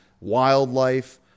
wildlife